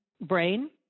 brain